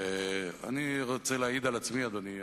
אני רוצה להעיד על עצמי, אדוני.